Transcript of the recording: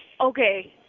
okay